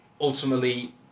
ultimately